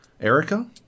Erica